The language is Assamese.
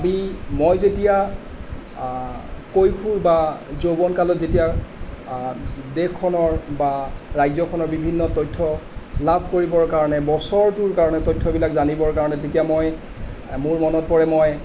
আমি মই যেতিয়া কৈশোৰ বা যৌৱন কালত যেতিয়া দেশখনৰ বা ৰাজ্যখনৰ বিভিন্ন তথ্য লাভ কৰিবৰ কাৰণে বছৰটোৰ কাৰণে তথ্যবিলাক জানিবৰ কাৰণে তেতিয়া মই মোৰ মনত পৰে মই